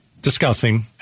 discussing